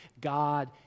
God